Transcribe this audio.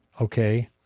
Okay